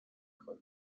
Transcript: کنه